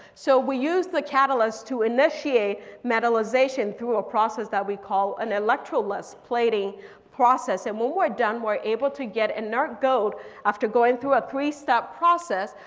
so we use the catalyst to initiate metalization through a process that we call an electrolysis plating process. and when we're done, we're able to get an arc node after going through a three step process.